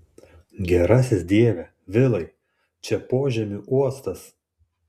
gerasis dieve vilai čia požemių uostas